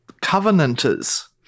Covenanters